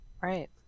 Right